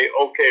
okay